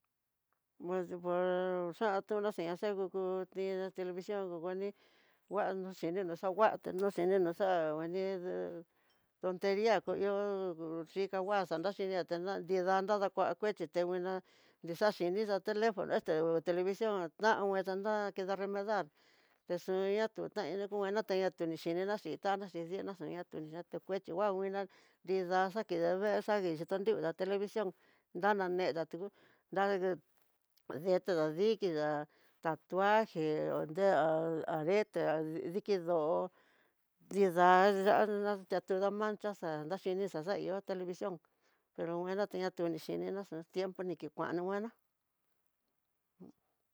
Pues, pues xatona xana xakuku, tidá televición kukuni kuando xhin ninó xanguaté, nro xhininó vaní tonteria ku ihó xhikangua xanaxhinriá tená nrida nada kua nguexhité, tenguiná nixaxhinii ta telefono este televición dangui danta kena rematar texuna tunainitukuaña teiña tuni xhiniña xhintá tana xhin diina xona tuniya xhin kuexhi nguanguina nrida dakidi vee, xakidii xatanrivii ta televición nrananeta duu na deta dikidad tatuajé nreá arete a dikidó nrida ya'á na ndatuda mancha xa'á nraxhini xa xa ihó televición pero nguena xhi natuna xhini na xa tiempo nikiana nguana.